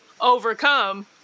overcome